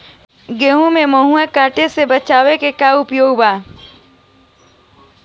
गेहूँ में माहुं किट से बचाव के का उपाय बा?